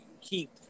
keep